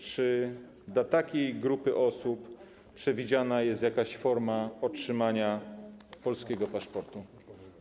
Czy dla takiego grupy osób przewidziana jest jakaś forma otrzymania polskiego paszportu?